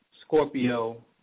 Scorpio